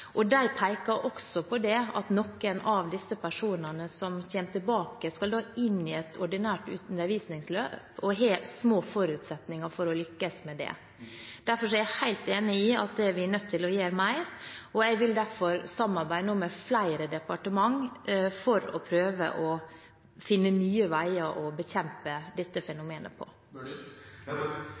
og de pekte også på at noen av de personene som kommer tilbake, skal inn i et ordinært undervisningsløp og har små forutsetninger for å lykkes med det. Derfor er jeg helt enig i at vi er nødt til å gjøre mer. Jeg vil derfor nå samarbeide med flere departementer for å prøve å finne nye veier å bekjempe dette fenomenet på.